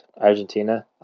Argentina